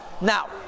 Now